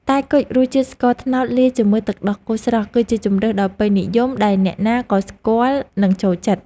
តែគុជរសជាតិស្ករត្នោតលាយជាមួយទឹកដោះគោស្រស់គឺជាជម្រើសដ៏ពេញនិយមដែលអ្នកណាក៏ស្គាល់និងចូលចិត្ត។